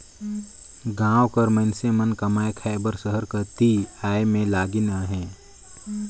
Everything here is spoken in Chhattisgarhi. गाँव कर मइनसे मन कमाए खाए बर सहर कती आए में लगिन अहें